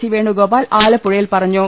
C Venugopal ആലപ്പുഴയിൽ പറഞ്ഞു